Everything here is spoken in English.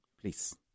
Please